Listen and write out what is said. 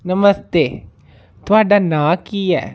नमस्ते थुआढ़ा नांऽ की ऐ